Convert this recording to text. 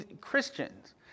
Christians